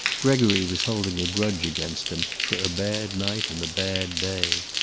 gregory was holding a grudge against him, for a bad night and a bad day.